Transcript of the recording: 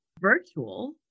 virtual